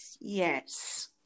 yes